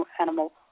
animal